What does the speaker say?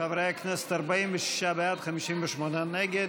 חברי הכנסת, 46 בעד, 58 נגד,